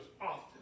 often